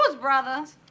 Brothers